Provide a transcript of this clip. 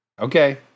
Okay